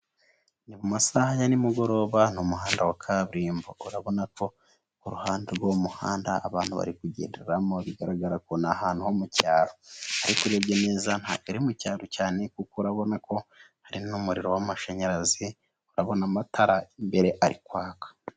Ni mu masaha ya nimugoroba ni umuhanda wa kaburimbo. Urabona ko ku ruhande rw'umuhanda abantu bari kugenderamo. Bigaragara ko ni ahantu ho mu cyaro ariko urebye neza ntabwo ari mu cyaro cyane kuko urabona ko hari n'umuriro w'amashanyarazi. Urabona amatara imbere ari kwaka.